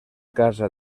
casa